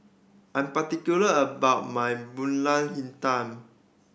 I'm particular about my Pulut Hitam